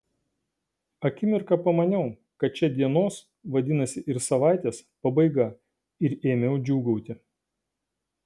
akimirką pamaniau kad čia dienos vadinasi ir savaitės pabaiga ir ėmiau džiūgauti